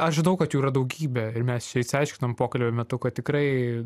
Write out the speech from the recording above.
aš žinau kad jų yra daugybė ir mes čia išsiaiškinom pokalbio metu kad tikrai